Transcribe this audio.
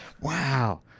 Wow